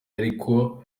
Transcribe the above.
ariko